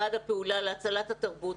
ועד הפעולה להצלת התרבות,